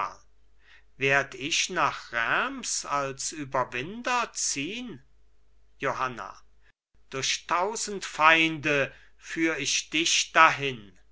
werd ich nach reims als überwinder ziehn johanna durch tausend feinde führ ich dich dahin